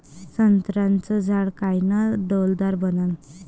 संत्र्याचं झाड कायनं डौलदार बनन?